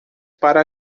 para